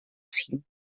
ziehen